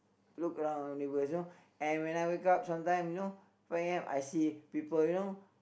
look around neighbours you know and when I wake up sometime you know five A_M I see people you know